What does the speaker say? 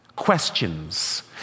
questions